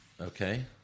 Okay